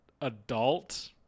adult